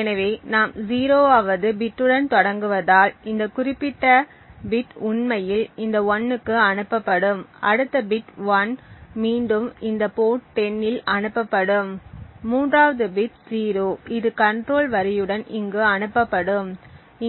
எனவே நாம் 0 வது பிட் உடன் தொடங்குவதால் இந்த குறிப்பிட்ட பிட் உண்மையில் இந்த 1 க்கு அனுப்பப்படும் அடுத்த பிட் 1 மீண்டும் இந்த போர்ட் 10 இல் அனுப்பப்படும் 3 வது பிட் 0 இது கண்ட்ரோல் வரியுடன் இங்கு அனுப்பப்படும்